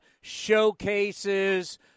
showcases